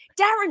Darren